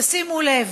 תשימו לב,